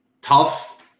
tough